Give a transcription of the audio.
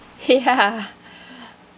ya